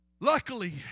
luckily